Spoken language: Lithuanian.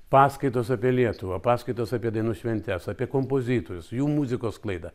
paskaitos apie lietuvą paskaitos apie dainų šventes apie kompozitorius jų muzikos sklaida